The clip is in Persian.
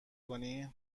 کنی